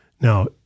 Now